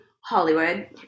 Hollywood